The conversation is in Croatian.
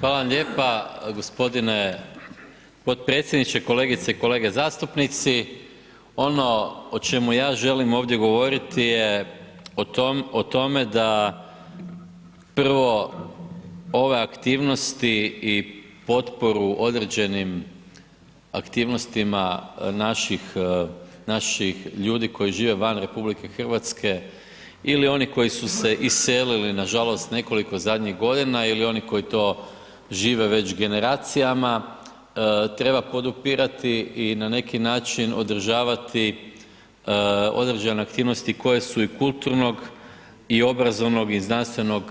Hvala vam lijepa g. potpredsjedniče, kolegice i kolege zastupnici, ono o čemu ja želim ovdje govoriti je o tome da prvo ove aktivnosti i potporu određenim aktivnostima naših ljudi koji žive van RH ili onih koji su se iselili, nažalost nekoliko zadnjih godina ili oni koji to žive već generacijama treba podupirati i na neki način održavati određene aktivnosti koje su i kulturnog i obrazovnog i znanstvenog